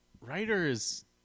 writers